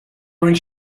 going